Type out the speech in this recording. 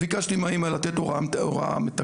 ביקשתי מהאמא לתת הוראה מתקנת,